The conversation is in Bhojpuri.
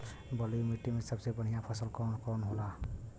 बलुई मिट्टी में सबसे बढ़ियां फसल कौन कौन होखेला?